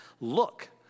Look